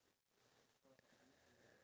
yeah true